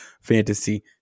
fantasy